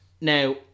Now